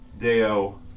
Deo